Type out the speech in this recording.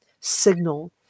signal